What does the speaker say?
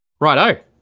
Righto